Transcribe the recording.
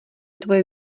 tvoje